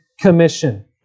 Commission